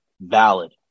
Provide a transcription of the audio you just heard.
valid